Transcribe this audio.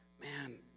man